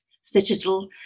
citadel